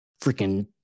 freaking